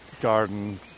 garden